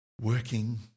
working